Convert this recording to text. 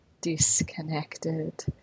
disconnected